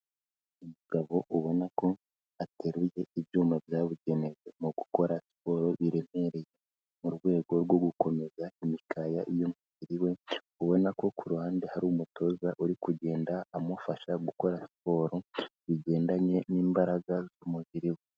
Umugabo ubona ko ateruye ibyuma byababugenewe mu gukora siporo biremereye, mu rwego rwo gukomeza imikaya y'umubiri we, ubona ko ku ruhande hari umutoza uri kugenda amufasha gukora siporo, bigendanye n'imbaraga z'umubiri we.